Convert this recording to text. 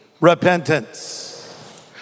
Repentance